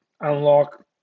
unlock